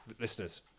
listeners